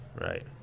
right